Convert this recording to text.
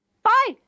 Bye